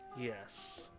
yes